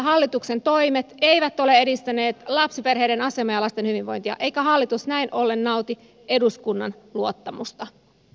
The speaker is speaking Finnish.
hallituksen toimet eivät ole edistäneet lapsiperheiden asemaa ja lasten hyvinvointia eikä hallitus näin ollen nauti eduskunnan luottamusta